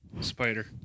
Spider